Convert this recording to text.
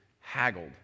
haggled